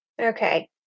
Okay